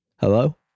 Hello